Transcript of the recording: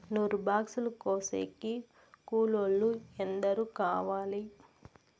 నూరు బాక్సులు కోసేకి కూలోల్లు ఎందరు కావాలి?